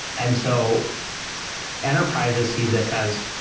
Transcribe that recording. and so enterprises see this as,